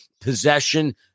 Possession